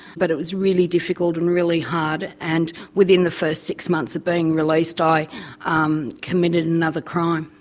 but it was really difficult and really hard, and within the first six months of being released, i um committed another crime.